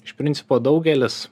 iš principo daugelis